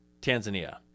Tanzania